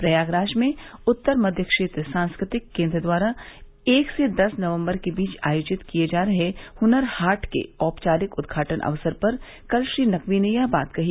प्रयागराज में उत्तर मध्य क्षेत्र सांस्कृतिक केन्द्र द्वारा एक से दस नकम्बर के बीच आयोजित किये जा रहे हुनर हाट के औपचारिक उदघाटन अवसर पर कल श्री नकवी ने यह बात कही